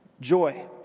Joy